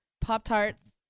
Pop-Tarts